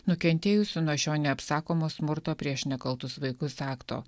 nukentėjusių nuo šio neapsakomo smurto prieš nekaltus vaikus akto